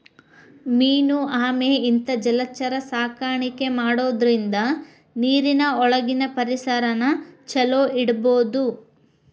main ಆಮೆ ಇಂತಾ ಜಲಚರ ಸಾಕಾಣಿಕೆ ಮಾಡೋದ್ರಿಂದ ನೇರಿನ ಒಳಗಿನ ಪರಿಸರನ ಚೊಲೋ ಇಡಬೋದು